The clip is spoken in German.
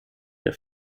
der